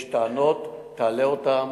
יש טענות, תעלה אותן.